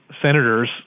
senators